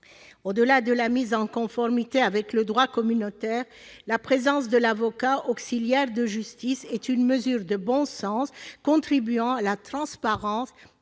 Au-delà de la mise en conformité avec le droit communautaire, la présence de l'avocat, auxiliaire de justice, est une mesure de bon sens, contribuant à la transparence